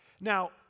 Now